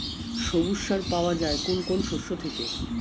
সবুজ সার পাওয়া যায় কোন কোন শস্য থেকে?